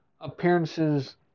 appearances